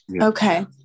okay